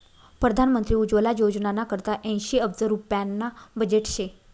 परधान मंत्री उज्वला योजनाना करता ऐंशी अब्ज रुप्याना बजेट शे